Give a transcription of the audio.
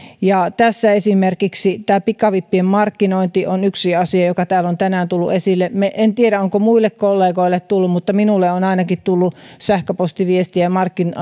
tässä esimerkiksi pikavippien markkinointi on yksi asia joka täällä on tänään tullut esille en tiedä onko muille kollegoille tullut mutta minulle on ainakin tullut sähköpostiviestejä